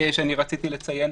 שרציתי לציין,